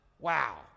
wow